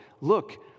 look